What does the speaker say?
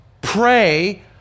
pray